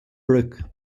brook